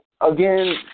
again